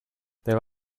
there